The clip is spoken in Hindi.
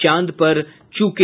चांद पर चूके